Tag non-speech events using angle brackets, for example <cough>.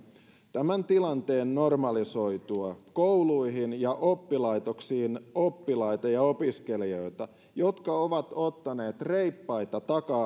tämän tilanteen normalisoiduttua kouluihin ja oppilaitoksiin oppilaita ja opiskelijoita jotka ovat ottaneet reippaita taka <unintelligible>